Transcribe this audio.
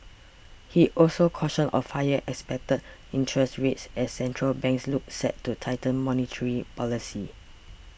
he also cautioned of higher expected interest rates as central banks look set to tighten monetary policy